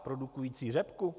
Produkující řepku?